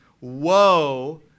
Woe